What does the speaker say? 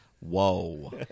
Whoa